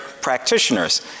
practitioners